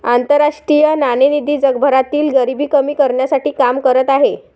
आंतरराष्ट्रीय नाणेनिधी जगभरातील गरिबी कमी करण्यासाठी काम करत आहे